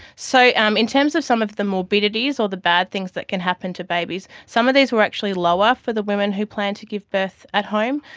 so um in terms of some of the morbidities or the bad things that can happen to babies, some of these were actually lower for the women who planned to give birth at home,